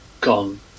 gone